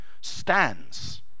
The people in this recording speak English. stands